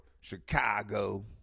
Chicago